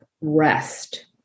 rest